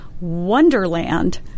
wonderland